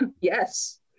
Yes